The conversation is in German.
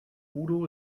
udo